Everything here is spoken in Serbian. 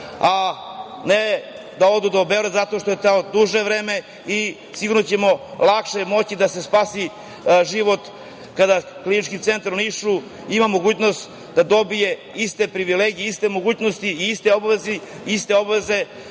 a ne da odu do Beograda, zato što je do tamo duže vreme i sigurno će lakše moći da se spasi život kada Klinički centar u Nišu ima mogućnost da dobije iste privilegije, iste mogućnosti i iste obaveze